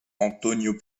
antonio